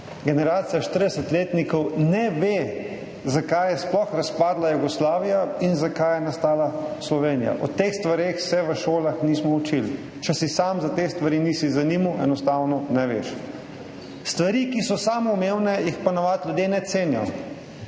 generacija štiridesetletnikov ne ve, zakaj je sploh razpadla Jugoslavija in zakaj je nastala Slovenija. O teh stvareh se v šolah nismo učili. Če se sam za te stvari nisi zanimal, enostavno ne veš. Stvari, ki so samoumevne, ponavadi ljudje ne cenijo.